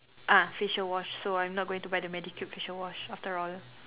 ah facial wash so I'm not gonna buy the Medicube facial wash after all